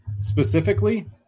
specifically